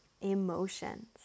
emotions